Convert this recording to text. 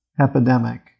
epidemic